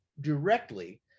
directly